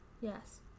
Yes